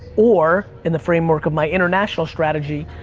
or, in the framework of my international strategy,